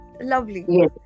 lovely